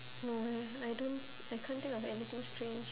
no eh I don't I can't think of anything strange